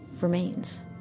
remains